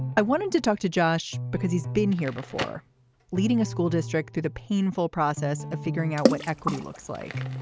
i wanted to talk to josh because he's been here before leading a school district to the painful process of figuring out what equity looks like.